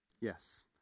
Yes